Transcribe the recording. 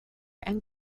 and